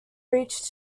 reached